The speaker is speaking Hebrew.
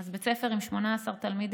אז בית ספר עם 18 תלמידים,